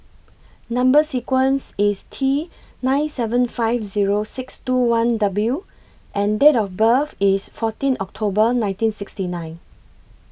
Number sequence IS T nine seven five Zero six two one W and Date of birth IS fourteen October nineteen sixty nine